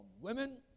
women